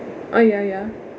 oh ya ya